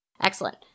Excellent